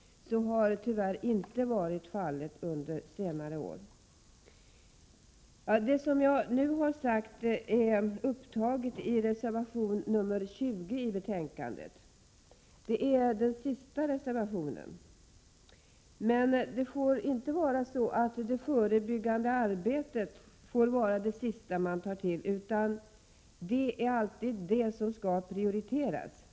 Så har tyvärr inte varit fallet under senare år. Det som jag nu har sagt är upptaget i reservation 20 till betänkandet. Det är den sista reservationen i betänkandet, men det förebyggande arbetet får inte vara det sista man tar till, utan det skall alltid prioriteras.